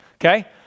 Okay